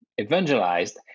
evangelized